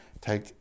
take